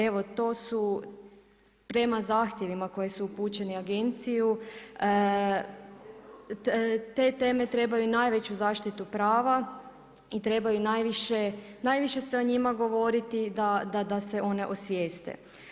Evo, to su prema zahtjevima koji su upućeni Agenciji te teme trebaju najveću zaštitu prava i trebaju najviše se o njima govoriti da se one osvijeste.